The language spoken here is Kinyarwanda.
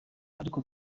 ariko